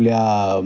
आपल्या